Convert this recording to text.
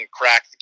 crack